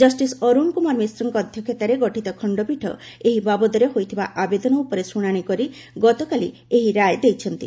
justice Arun Kumar ମିଶ୍ରଙ୍କ ଅଧ୍ୟକ୍ଷତାରେ ଗଠିତ ଖଶ୍ଚପୀଠ ଏହି ବାବଦରେ ହୋଇଥିବା ଆବେଦନ ଉପରେ ଶୁଣାଣି କରି ଗତକାଲି ଏହି ରାୟ ଦେଇଛନ୍ତି